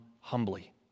humbly